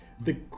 The-